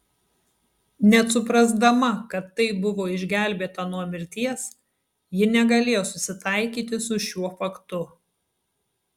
net suprasdama kad taip buvo išgelbėta nuo mirties ji negalėjo susitaikyti su šiuo faktu